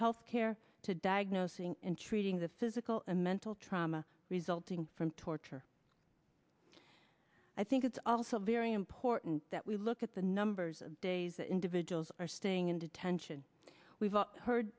health care to diagnosing and treating the physical or mental trauma resulting from torture i think it's also very important that we look at the numbers of days that individuals are staying in detention we've all heard